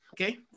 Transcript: Okay